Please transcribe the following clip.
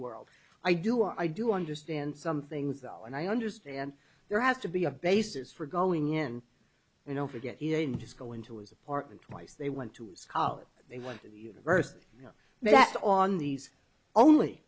world i do i do understand some things though and i understand there has to be a basis for going in you know forget it and just go into his apartment twice they went to his college they went to the university met on these only